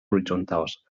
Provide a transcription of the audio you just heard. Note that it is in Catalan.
horitzontals